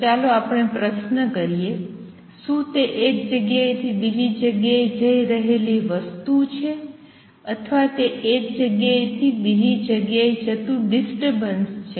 તો ચાલો આપણે આ પ્રશ્ન કરીએ શું તે એક જગ્યાએ થી બીજી જગ્યાએ જઈ રહેલી વસ્તુ છે અથવા તે એક જગ્યાએ થી બીજી જગ્યાએ જતું ડિસ્ટર્બન્સ છે